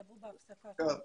הדוברים ב-זום,